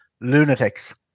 lunatics